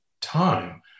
time